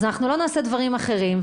אז אנחנו לא נעשה דברים אחרים,